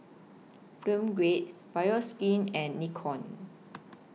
Film Grade Bioskin and Nikon